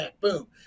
boom